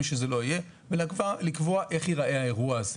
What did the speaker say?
מי שזה לא יהיה ולקבוע איך ייראה האירוע הזה.